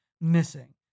missing